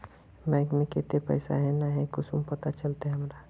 Bank में केते पैसा है ना है कुंसम पता चलते हमरा?